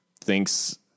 thinks